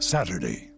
Saturday